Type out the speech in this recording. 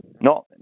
No